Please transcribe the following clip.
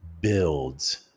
builds